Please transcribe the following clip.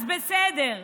אז בסדר,